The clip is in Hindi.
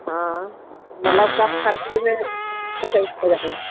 हाँ मतलब कम खर्चे में